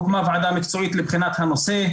הוקמה ועדה מקצועית לבחינת הנושא,